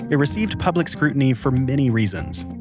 it received public scrutiny for many reasons.